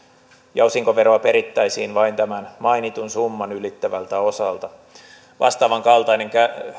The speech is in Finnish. ja osinkoveroa perittäisiin vain tämän mainitun summan ylittävältä osalta vastaavan kaltainen